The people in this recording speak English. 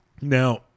Now